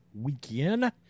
weekend